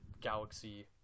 galaxy